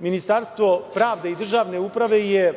Ministarstvo pravde i državne uprave je